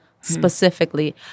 Specifically